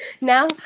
Now